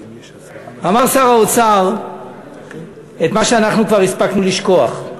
אמר שר האוצר את מה שאנחנו כבר הספקנו לשכוח: